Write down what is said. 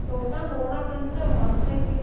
ತೋಟ ನೋಡಾಕ್ಕಂತ್ರೂ ಮಸ್ತ್ ಐತಿ